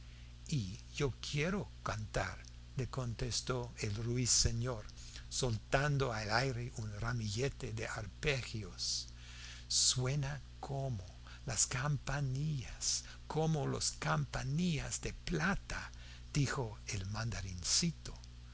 y yo quiero cantar le contestó el ruiseñor soltando al aire un ramillete de arpegios suena como las campanillas como las campanillas de plata dijo el